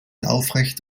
aufrecht